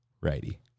righty